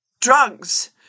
drugs